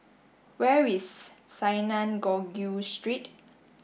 where is Synagogue Street